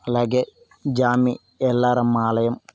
అలాగే జామి ఎల్లారమ్మ ఆలయం